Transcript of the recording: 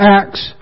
acts